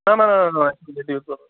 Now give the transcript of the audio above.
نہ نہ تُلِو ٹھیٖک کوٚروٕ